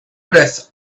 uttereth